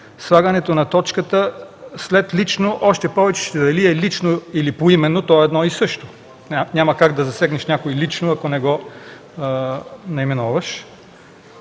слагане на точката след думата „лично”, още повече дали е „лично” или „поименно”, това е едно също. Няма как да засегнеш някого лично, ако не го наименоваш.